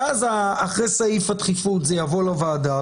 ואז אחרי סעיף הדחיפות זה יבוא לוועדה,